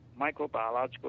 microbiological